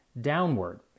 downward